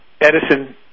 Edison